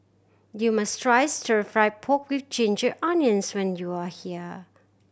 you must try Stir Fried Pork With Ginger Onions when you are here